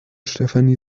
stefanie